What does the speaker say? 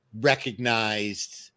recognized